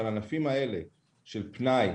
הענפים של פנאי,